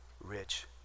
rich